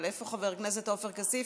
אבל איפה חבר הכנסת עופר כסיף,